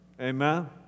Amen